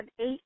eight